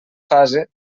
fase